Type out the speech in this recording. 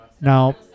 Now